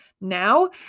now